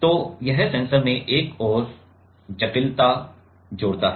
तो यह सेंसर में एक और जटिलता जोड़ता है